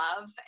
love